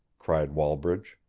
cried wallbridge.